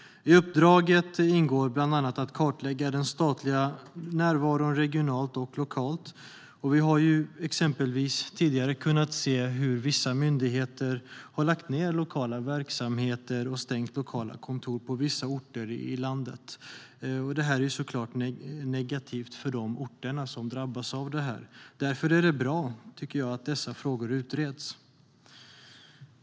I uppdraget ingår bland annat att kartlägga den statliga närvaron regionalt och lokalt. Vi har exempelvis tidigare kunnat se att myndigheter har lagt ned lokala verksamheter och stängt lokala kontor på vissa orter i landet. Det är såklart negativt för de orter som drabbas, och därför tycker jag att det är bra att dessa frågor utreds.